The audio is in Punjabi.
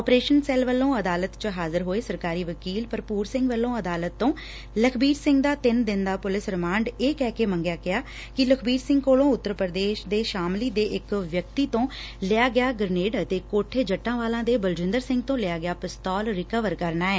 ਆਪਰੇਸ਼ਨ ਸੈੱਲ ਵੱਲੋਂ ਅਦਾਲਤ ਚ ਹਾਜ਼ਰ ਹੋਏ ਸਰਕਾਰੀ ਵਕੀਲ ਭਰਪੁਰ ਸਿੰਘ ਵੱਲੋਂ ਅਦਾਲਤ ਤੋਂ ਲਖਬੀਰ ਸਿੰਘ ਦਾ ਤਿੰਨ ਦਿਨ ਦਾ ਪੁਲਿਸ ਰਿਮਾਂਡ ਇਹ ਕਹਿ ਕੇ ਮੰਗਿਆ ਕਿ ਲਖਬੀਰ ਸਿੰਘ ਕੋਲੋ ਉੱਤਰ ਪੁਦੇਸ਼ ਦੇ ਸ਼ਾਮਲੀ ਦੇ ਇਕ ਵਿਅਕਤੀ ਤੋਂ ਲਿਆ ਗਿਆ ਗ੍ਰਨੇਡ ਅਤੇ ਕੋਠੇ ਜੱਟਾਂ ਵਾਲਾ ਦੇ ਬਲਜਿੰਦਰ ਸਿੰਘ ਤੋਂ ਲਿਆ ਗਿਆ ਪਿਸਤੌਲ ਰਿਕਵਰ ਕਰਨਾ ਐ